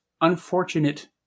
unfortunate